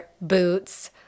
boots